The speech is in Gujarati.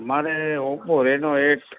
મારે ઓપ્પો રેનો એઇટ